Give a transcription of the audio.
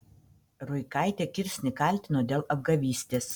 ruikaitė kirsnį kaltino dėl apgavystės